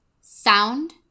Sound